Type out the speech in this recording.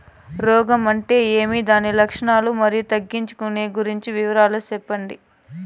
రోగం అంటే ఏమి దాని లక్షణాలు, మరియు తగ్గించేకి గురించి వివరాలు సెప్పండి?